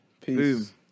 Peace